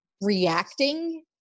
reacting